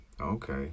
Okay